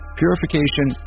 purification